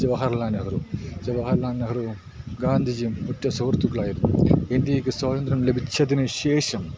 ജവഹർലാൽ നെഹ്റു ജവഹർലാൽ നെഹ്റുവും ഗാന്ധിജിയും ഉറ്റ സുഹൃത്തുക്കളായിരുന്നു ഇന്ത്യക്ക് സ്വന്തന്ത്ര്യം ലഭിച്ചതിന് ശേഷം